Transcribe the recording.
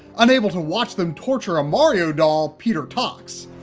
unable to watch them torture a mario doll, peter talks.